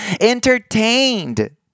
entertained